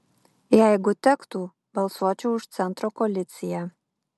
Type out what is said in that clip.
jeigu tektų balsuočiau už centro koaliciją